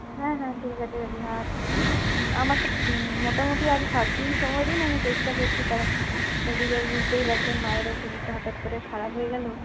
হ্যাঁ হ্যাঁ ঠিক আছে কাকিমা আর আমাকে মোটামোটি আর সাতদিন সময় দিন আমি চেষ্টা করছি কারণ এদিকের বুঝতেই পারছেন মায়েরও শরীরটা হঠাৎ করে খারাপ হয়ে গেল